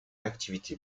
activité